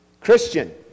Christian